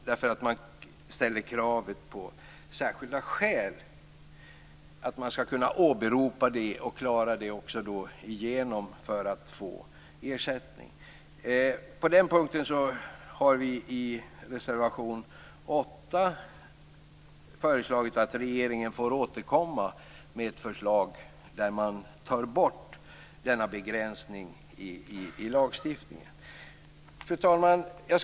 Det ställs krav på särskilda skäl för att få ersättning. På den punkten har vi i reservation 8 föreslagit att regeringen får återkomma med förslag där den begränsningen tas bort i lagstiftningen. Fru talman!